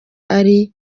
ari